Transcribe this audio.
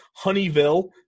Honeyville